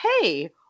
hey